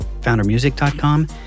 FounderMusic.com